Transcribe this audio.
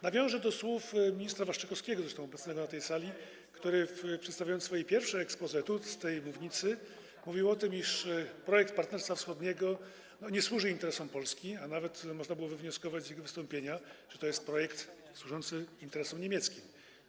Nawiążę do słów ministra Waszczykowskiego, zresztą obecnego na tej sali, który przedstawiając swoje pierwsze exposé z tej mównicy, mówił o tym, iż projekt Partnerstwa Wschodniego nie służy interesom Polski, a nawet można było wywnioskować z jego wystąpienia, że to jest projekt służący interesom niemieckim.